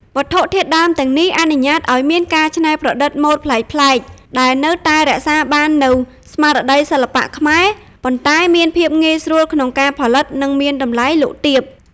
វត្ថុធាតុដើមទាំងនេះអនុញ្ញាតឱ្យមានការច្នៃប្រឌិតម៉ូដប្លែកៗ ដែលនៅតែរក្សាបាននូវស្មារតីសិល្បៈខ្មែរ ប៉ុន្តែមានភាពងាយស្រួលក្នុងការផលិត និងមានតម្លៃលក់ទាប។